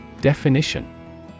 Definition